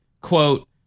Quote